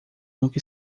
nunca